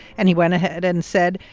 and he went ahead and said,